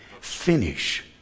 Finish